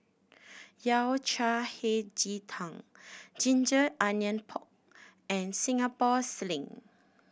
Yao Cai Hei Ji Tang ginger onion pork and Singapore Sling